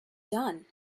done